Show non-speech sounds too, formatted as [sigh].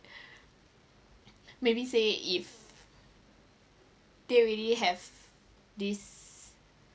[breath] maybe say if they really have this